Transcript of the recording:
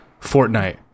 Fortnite